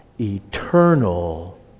eternal